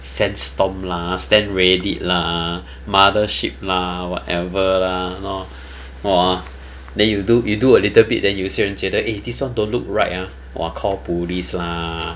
send stomp lah send reddit lah mothership lah whatever lah lor !wah! then you do you do a little bit then 有些人觉得 this one don't look right uh call police lah